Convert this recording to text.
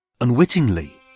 unwittingly